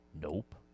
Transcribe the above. Nope